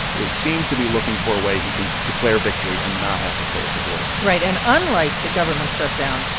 it seems to be looking for a way he can declare victory and not have to close the border right. and unlike the government shutdown,